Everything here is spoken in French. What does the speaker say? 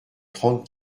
trente